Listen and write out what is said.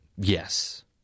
Yes